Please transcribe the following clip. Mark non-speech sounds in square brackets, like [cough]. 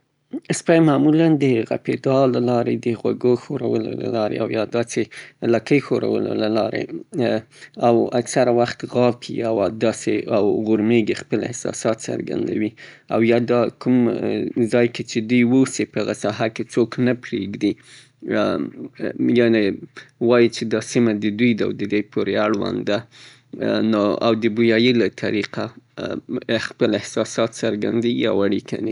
سپی معمولاً د غپېدا له لارې، د غوږو ښورولو له لارې او يا دا چې د لکۍ ښورولو له لارې او اکثره وخت غاپي او داسې - او يا داسې غورمېږي او خپل احساسات څرګندوي. او يا دا کوم ځای کې چې دوی اوسي، په هغه ساحه کې څوک نه پرېږدي، [hesitation] يعنې وايي چې دا سيمه د دوی ده او دوی پورې اړوند ده او د بوياي له طريقه خپل احساسات څرګندوي او اړيکه نيسي.